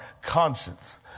conscience